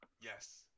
Yes